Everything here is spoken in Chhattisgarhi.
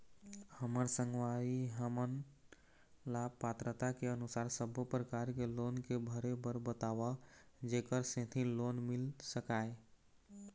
हमर संगवारी हमन ला पात्रता के अनुसार सब्बो प्रकार के लोन के भरे बर बताव जेकर सेंथी लोन मिल सकाए?